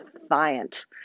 defiant